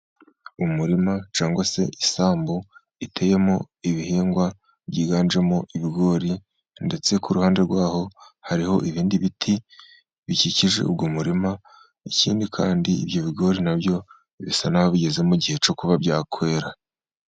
Umurima cyangwa se isambu iteyemo ibihingwa byiganjemo ibigori, ndetse kuruhande rwaho hariho ibindi biti bikikije uwo murima, ikindi kandi ibyo bigori nabyo bisa n'aho bigeze mu gihe cyo kuba byakwera.